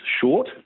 short